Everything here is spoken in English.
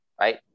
right